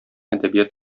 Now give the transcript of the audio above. әдәбият